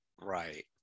Right